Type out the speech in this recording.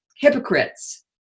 hypocrites